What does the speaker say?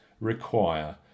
require